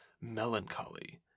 melancholy